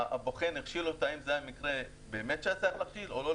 אותה אגרה שהתלמיד שילם לפני הרפורמה הוא ימשיך לשלם גם לאחריה.